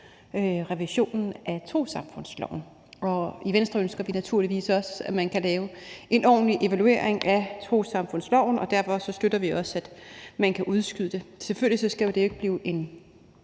revisionen af trossamfundsloven. I Venstre ønsker vi naturligvis også, at man kan lave en ordentlig evaluering af trossamfundsloven, og derfor støtter vi også, at man kan udskyde det. Selvfølgelig skal det jo ikke blive en